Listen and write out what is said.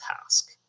task